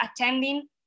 attending